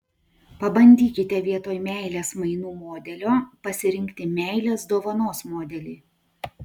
pabandykite vietoj meilės mainų modelio pasirinkti meilės dovanos modelį